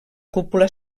cúpula